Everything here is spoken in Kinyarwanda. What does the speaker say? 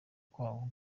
kwabo